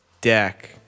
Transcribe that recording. deck